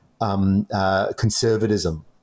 conservatism